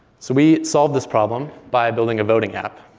so we solved this problem by building a voting app.